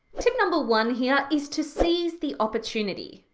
tip number one here is to seize the opportunity.